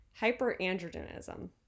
Hyperandrogenism